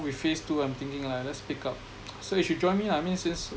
with phase two I'm thinking like let's pick up so you should join me lah I mean since